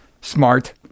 smart